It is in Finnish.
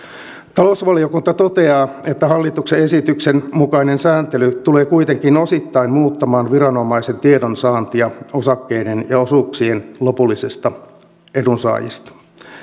talousvaliokunta toteaa että hallituksen esityksen mukainen sääntely tulee kuitenkin osittain muuttamaan viranomaisen tiedonsaantia osakkeiden ja osuuksien lopullisista edunsaajista